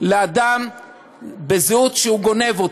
לאדם בזהות שהוא גונב,